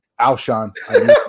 Alshon